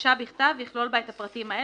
בקשה בכתב ויכלול בה פרטים אלה"